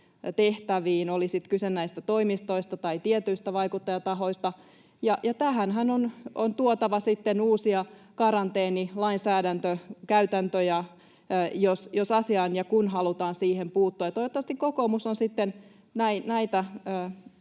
vaikuttajatehtäviin, oli sitten kyse näistä toimistoista tai tietyistä vaikuttajatahoista. Tähänhän on tuotava sitten uusia karanteenilainsäädäntökäytäntöjä, jos ja kun asiaan halutaan puuttua. Toivottavasti kokoomus on sitten näitä